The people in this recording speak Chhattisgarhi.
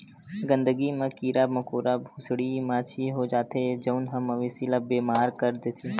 गंदगी म कीरा मकोरा, भूसड़ी, माछी हो जाथे जउन ह मवेशी ल बेमार कर देथे